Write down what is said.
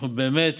אנחנו באמת